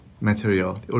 material